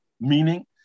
meaning